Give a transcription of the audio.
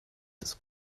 des